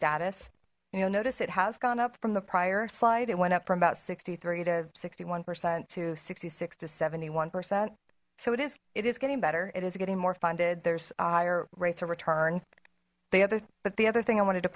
you'll notice it has gone up from the prior slide it went up from about sixty three to sixty one percent to sixty six to seventy one percent so it is it is getting better it is getting more funded there's higher rates of return the other but the other thing i wanted to